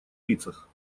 лицах